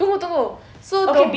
tunggu tunggu so the whole